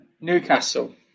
Newcastle